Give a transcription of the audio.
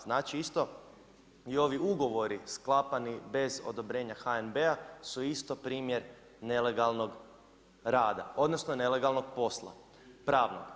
Znači isto i ovi ugovori sklapani bez odobrenja HNB-a su isto primjer nelegalnog rada, odnosno nelegalnog posla, pravnog.